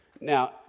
Now